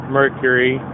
mercury